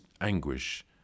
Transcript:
anguish